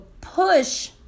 push